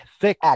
thick